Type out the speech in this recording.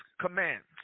commands